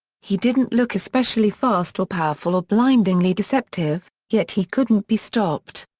he didn't look especially fast or powerful or blindingly deceptive, yet he couldn't be stopped.